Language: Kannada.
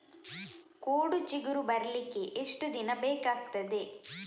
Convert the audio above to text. ಕೋಡು ಚಿಗುರು ಬರ್ಲಿಕ್ಕೆ ಎಷ್ಟು ದಿನ ಬೇಕಗ್ತಾದೆ?